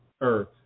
earth